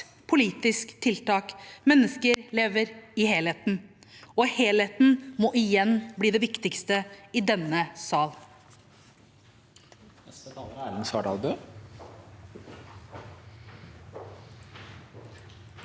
politisk tiltak. Mennesker lever i helheten, og helheten må igjen bli det viktigste i denne sal.